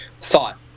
thought